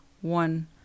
one